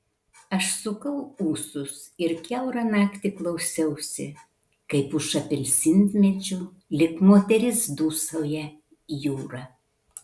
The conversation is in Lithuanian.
aš sukau ūsus ir kiaurą naktį klausiausi kaip už apelsinmedžių lyg moteris dūsauja jūra